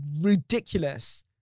Ridiculous